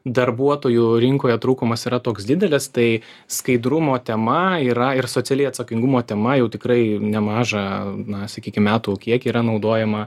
darbuotojų rinkoje trūkumas yra toks didelis tai skaidrumo tema yra ir socialiai atsakingumo tema jau tikrai nemažą na sakykim metų kiek yra naudojama